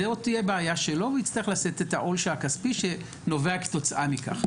זאת תהיה בעיה שלו והוא יצטרך לשאת את העול הכספי שנובע כתוצאה מכך,